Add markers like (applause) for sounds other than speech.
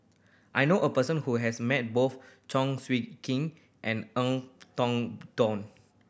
I know a person who has met both Chong (unintelligible) King and (unintelligible) Tong (unintelligible)